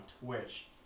Twitch